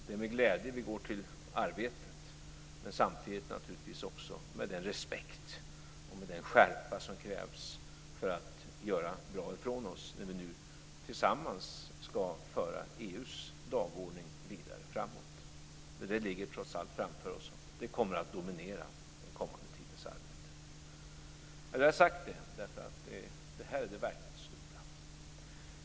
Det är med glädje vi går till arbetet, men samtidigt naturligtvis också med den respekt och den skärpa som krävs för att göra bra ifrån oss när vi nu tillsammans ska föra EU:s dagordning vidare framåt. Detta ligger trots allt framför oss. Det kommer att dominera den kommande tidens arbete. Jag vill ha sagt det, därför att det här är det verkligt stora.